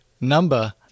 number